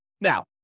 Now